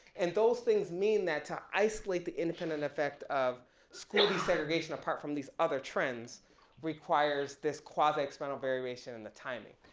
and those things mean that to isolate the independent effect of school desegregation apart from these other trends requires this quasi exponential variation in the timing.